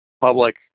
public